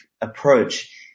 approach